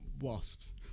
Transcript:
wasps